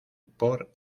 por